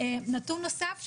נתון נוסף שבחנו,